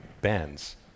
bands